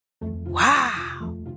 Wow